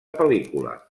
pel·lícula